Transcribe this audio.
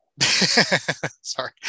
Sorry